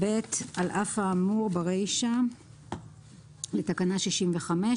על אף האמור ברישה לתקנה 65,